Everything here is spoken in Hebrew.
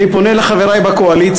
אני פונה אל חברי בקואליציה,